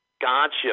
Gotcha